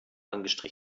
angestrichen